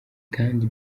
kandi